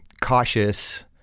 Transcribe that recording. cautious